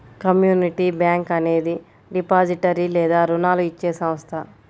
community bank అనేది depository లేదా రుణాలు ఇచ్చే సంస్థ